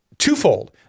Twofold